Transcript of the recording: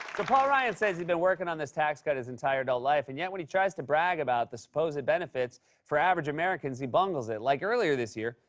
paul ryan says he's been working on this tax cut his entire adult life, and yet, when he tries to brag about the supposed benefits for average americans, he bungles it, like earlier this year,